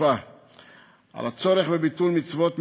כל ההיסטוריה היהודית, קמו